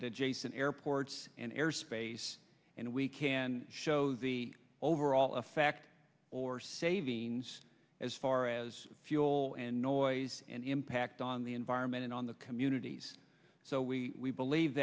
at adjacent airports and air space and we can show the overall effect or savings as far as fuel and noise and the impact on the environment and on the communities so we believe